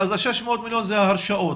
אז ה-600 מיליון זה הרשאות.